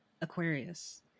Aquarius